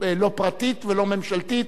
לא פרטית ולא ממשלתית,